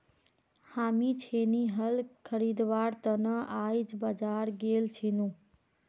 हामी छेनी हल खरीदवार त न आइज बाजार गेल छिनु